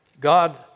God